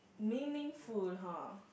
meaningful !huh!